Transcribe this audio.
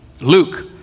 Luke